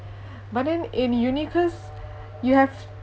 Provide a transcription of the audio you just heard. but then in uni cause you have